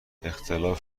اختلاف